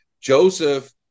joseph